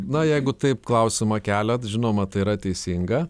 na jeigu taip klausimą keliat žinoma tai yra teisinga